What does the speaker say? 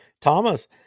thomas